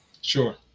Sure